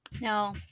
No